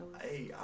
Hey